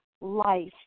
life